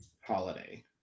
holiday